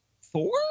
Four